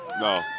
no